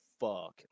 fuck